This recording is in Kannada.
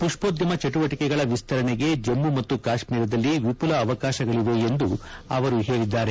ಪುಷ್ಪೋದ್ಯಮ ಚಟುವಟಿಕೆಗಳ ವಿಸ್ತರಣೆಗೆ ಜಮ್ಮು ಮತ್ತು ಕಾಶ್ಮೀರದಲ್ಲಿ ವಿಫುಲ ಅವಕಾಶಗಳಿವೆ ಎಂದು ಅವರು ಹೇಳಿದ್ದಾರೆ